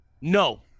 no